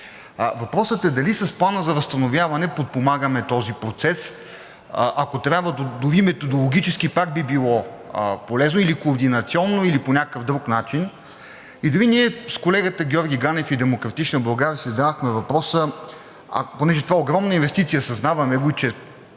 Въпросът е дали с Плана за възстановяване подпомагаме този процес, ако трябва дори методологически, пак би било полезно, или координационно, или по някакъв друг начин. Ние с колегата Георги Ганев и „Демократична България“ си задавахме въпроса, понеже това е огромна инвестиция, съзнаваме го, че